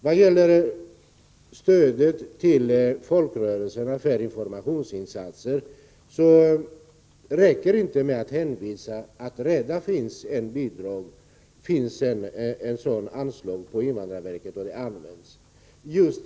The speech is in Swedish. Vad gäller stödet till folkrörelserna för informationsinsatser räcker det inte med att hänvisa till att det redan finns ett sådant anslag hos invandrarverket och att det används.